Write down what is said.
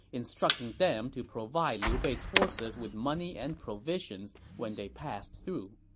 instructing them to provide liu bei's forces with money and provisions when they passed through.